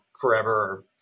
forever